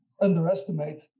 underestimate